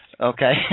Okay